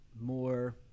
more –